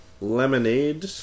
lemonade